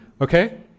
Okay